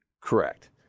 Correct